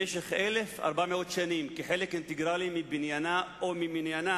במשך 1,400 שנים, לחלק אינטגרלי מבניינה וממניינה